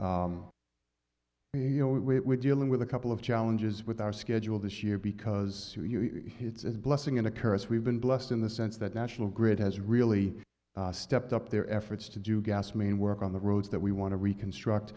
you know we're dealing with a couple of challenges with our schedule this year because it's a blessing and a curse we've been blessed in the sense that national grid has really stepped up their efforts to do gas main work on the roads that we want to reconstruct